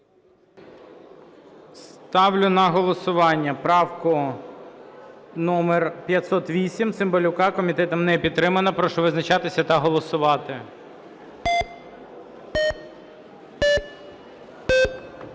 Ставлю на голосування правку номер 508 Цимбалюка. Комітетом не підтримана. Прошу визначатися та голосувати.